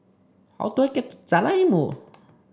how do I get to Jalan Ilmu